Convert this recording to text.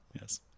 Yes